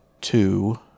two